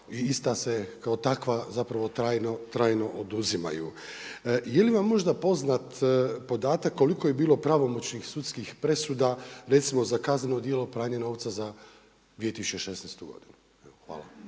ista se kao takva trajno oduzimaju. Jeli vam možda poznat podatak koliko je bilo pravomoćnih sudskih presuda recimo za kazneno djelo pranje novca za 2016. godinu? Hvala.